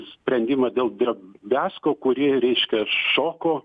sprendimą dėl drabiazko kurį reiškias šoko